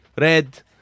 red